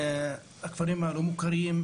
הכפרים הלא מוכרים,